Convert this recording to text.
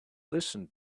listened